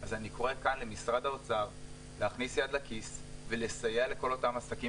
אז אני קורא כאן למשרד האוצר להכניס יד לכיס ולסייע לכל אותם עסקים